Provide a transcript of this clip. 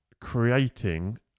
creating